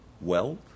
Wealth